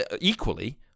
equally